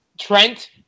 Trent